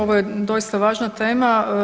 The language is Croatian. Ovo je doista važna tema.